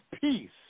Peace